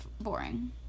boring